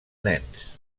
nens